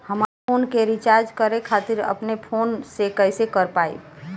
हमार फोन के रीचार्ज करे खातिर अपने फोन से कैसे कर पाएम?